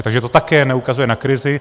Takže to také neukazuje na krizi.